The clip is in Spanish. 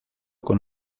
con